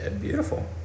Beautiful